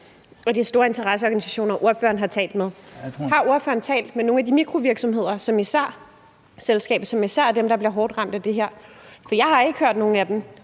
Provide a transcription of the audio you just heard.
de store interesseorganisationer, ordføreren har talt med? Har ordføreren talt med nogen af de mikroselskaber, som især er dem, der bliver hårdt ramt af det her? Jeg har talt med flere af dem,